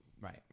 Right